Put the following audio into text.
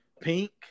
Pink